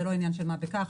זה לא עניין של מה בכך.